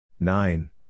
Nine